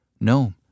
No